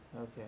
Okay